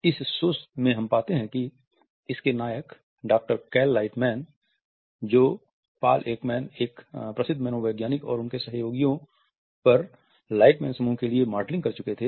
इस शो में हम पाते हैं कि इसके नायक डॉक्टर कैल लाइटमैन जो पॉल एकमैन एक प्रसिद्ध मनोवैज्ञानिक और उनके सहयोगियों पर लाइटमैन समूह के लिए मॉडलिंग कर चुके थे